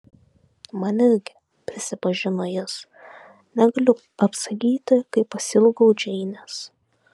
man irgi prisipažino jis negaliu apsakyti kaip pasiilgau džeinės